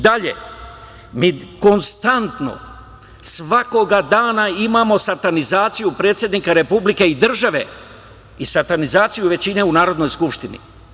Dalje, mi konstantno svakog dana imamo satanizaciju predsednika Republike i države i satanizaciju većine u Narodnoj skupštini.